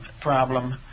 problem